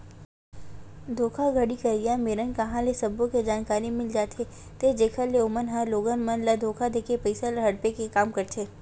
धोखाघड़ी करइया मेरन कांहा ले सब्बो के जानकारी मिल जाथे ते जेखर ले ओमन ह लोगन मन ल धोखा देके पइसा ल हड़पे के काम करथे